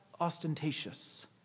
ostentatious